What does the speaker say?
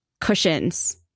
cushions